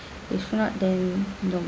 if not then no